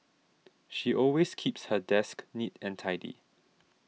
she always keeps her desk neat and tidy